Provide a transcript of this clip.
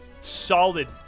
solid